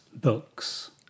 books